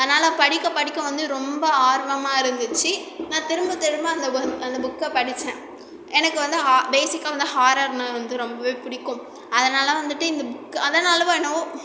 அதனால் படிக்க படிக்க வந்து ரொம்ப ஆர்வமாக இருந்துச்சு நான் திரும்ப திரும்ப அந்த அந்த புக்கை படிச்சேன் எனக்கு வந்து ஆ பேஸிக்காக வந்து ஹாரர்னாக வந்து ரொம்பவே பிடிக்கும் அதனால் வந்துவிட்டு இந்த புக் அதனாலவோ என்னவோ